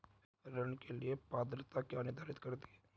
ऋण के लिए पात्रता क्या निर्धारित करती है?